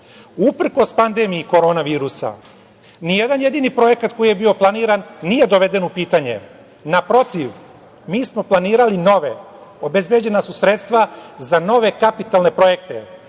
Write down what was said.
Uprkos pandemiji korona virusa, ni jedan jedini projekat koji je bio planiran nije doveden u pitanje. Naprotiv, mi smo planirali nove kapitalne projekte,